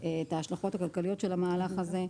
את ההשלכות הכלכליות של המהלך הזה,